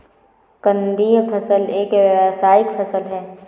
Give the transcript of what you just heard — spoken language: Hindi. कंदीय फसल एक व्यावसायिक फसल है